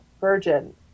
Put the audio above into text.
virgin